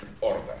order